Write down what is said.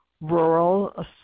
rural